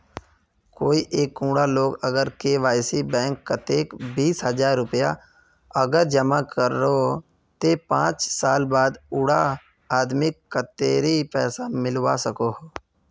कोई एक कुंडा लोग अगर एस.बी.आई बैंक कतेक बीस हजार रुपया अगर जमा करो ते पाँच साल बाद उडा आदमीक कतेरी पैसा मिलवा सकोहो?